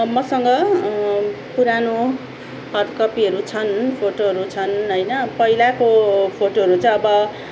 मसँग पुरानो हार्ड कपीहरू छन् फोटोहरू छन् होइन पहिलाको फोटोहरू चाहिँ अब